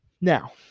Now